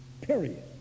period